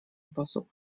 sposób